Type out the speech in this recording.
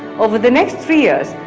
over the next three years,